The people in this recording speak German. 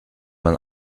man